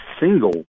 single